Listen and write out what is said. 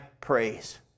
praise